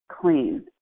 clean